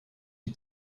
die